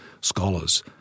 scholars